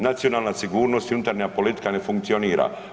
Nacionalna sigurnost i unutarnja politika ne funkcionira.